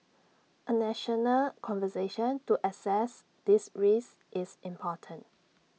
A national conversation to assess these risks is important